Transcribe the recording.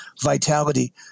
vitality